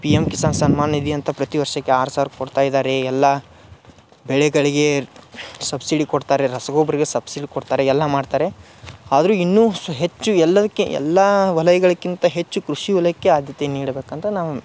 P M Kisan Samman Nidhi ಅಂತ ಪ್ರತಿ ವರ್ಷಕ್ಕೆ ಆರು ಸಾವಿರ ಕೊಡ್ತಯಿದ್ದಾರೆ ಎಲ್ಲ ಬೆಳೆಗಳಿಗೆ ಸಬ್ಸಿಡಿ ಕೊಡ್ತಾರೆ ರಸ ಗೊಬ್ರಗೆ ಸಬ್ಸಿಡಿ ಕೊಡ್ತಾರೆ ಎಲ್ಲಾ ಮಾಡ್ತಾರೆ ಆದರು ಇನ್ನೂಸು ಹೆಚ್ಚು ಎಲ್ಲದಕ್ಕೆ ಎಲ್ಲಾ ವಲಯಗಳ್ಕಿಂತ ಹೆಚ್ಚು ಕೃಷಿ ವಲಯಕ್ಕೆ ಆದ್ಯತೆ ನಿಡ್ಬೇಕು ಅಂತ ನಾನು